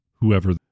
whoever